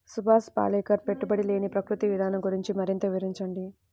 సుభాష్ పాలేకర్ పెట్టుబడి లేని ప్రకృతి విధానం గురించి మరింత వివరించండి